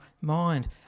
mind